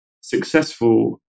successful